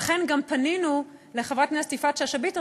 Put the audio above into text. לכן גם פנינו לחברת הכנסת יפעת שאשא ביטון,